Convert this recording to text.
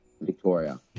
Victoria